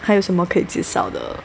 还有什么可以介绍的